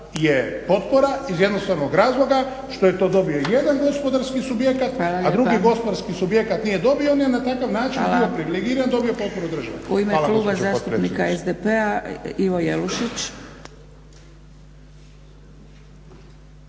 je potpora iz jednostavnog razloga što je to dobio jedan gospodarski subjekt, a drugi gospodarski subjekt nije dobio, on je na takav način bio privilegiran i dobio potporu države. Hvala gospođo potpredsjednice.